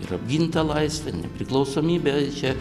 ir apgint tą laisvę nepriklausomybę čia